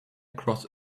across